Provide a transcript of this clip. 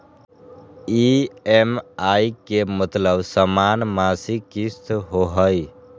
EMI के मतलब समान मासिक किस्त होहई?